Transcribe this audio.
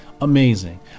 Amazing